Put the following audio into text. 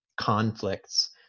conflicts